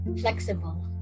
flexible